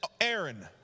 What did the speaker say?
Aaron